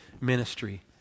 ministry